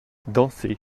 dansez